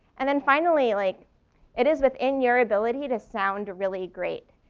and then finally, like it is within your ability to sound really great.